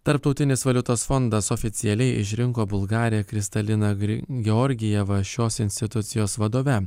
tarptautinis valiutos fondas oficialiai išrinko bulgarę kristaliną georgievą šios institucijos vadove